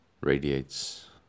radiates